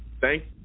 Thank